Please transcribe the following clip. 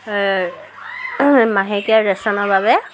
এই মাহেকীয়া ৰেচনৰ বাবে